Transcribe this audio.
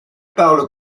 parle